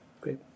Great